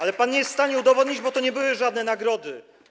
Ale pan nie jest w stanie tego udowodnić, bo to nie były żadne nagrody.